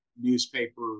newspaper